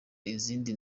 n’izindi